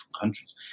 countries